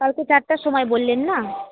কালকে চারটার সময় বললেন না